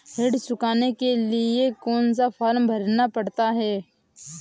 ऋण चुकाने के लिए कौन सा फॉर्म भरना पड़ता है?